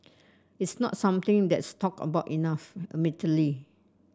it's not something that's talked about enough admittedly